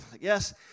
Yes